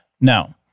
Now